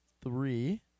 three